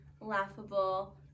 laughable